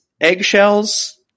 eggshells